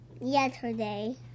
Yesterday